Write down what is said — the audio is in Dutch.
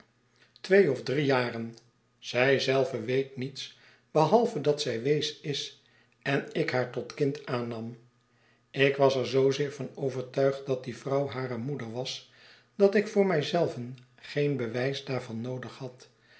twee of drie jaren zij zelve weet niets behalve dat zij wees is en ik haar tot kind aannam ik was er zoozeer van overtuigd dat die vrouw hare moeder was dat ik voor mij zelven geen bewijs daarvan noodig had